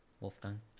Wolfgang